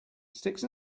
sticks